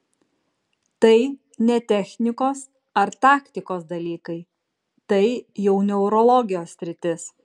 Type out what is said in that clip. tai ne technikos ar taktikos dalykai tai jau neurologijos sritis